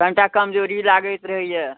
कनिटा कमजोरी लागैत रहैया